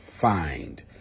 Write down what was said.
find